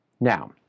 Now